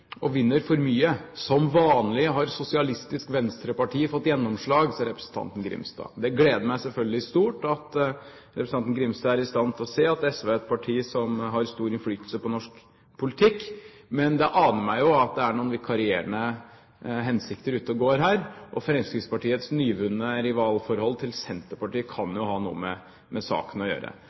og vinner for mye. Som vanlig har Sosialistisk Venstreparti fått gjennomslag, sa representanten Grimstad. Det gleder meg selvfølgelig stort at representanten Grimstad er i stand til å se at SV er et parti som har stor innflytelse på norsk politikk. Men det aner meg jo at det er noen vikarierende hensikter ute og går her, og Fremskrittspartiets nyvunne rivalforhold til Senterpartiet kan jo ha noe med saken å gjøre.